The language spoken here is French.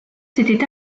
s’était